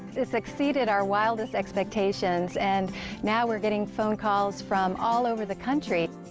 it's exceeded our wildest expectations. and now we're getting phone calls from all over the country.